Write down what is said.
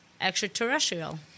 extraterrestrial